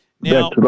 Now